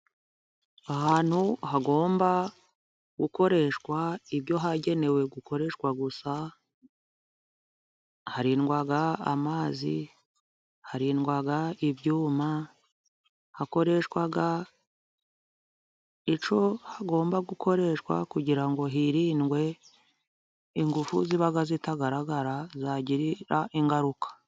Ahantu hagomba gukoreshwa ibyo hagenewe gukoreshwa gusa, harindwa amazi, harindwa, ibyuma, hakoreshwa icyo hagomba gukoreshwa, kugira ngo hirindwe ingufu ziba zitagaragara zagirarira ingaruka.